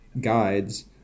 guides